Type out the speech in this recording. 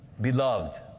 Beloved